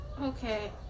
Okay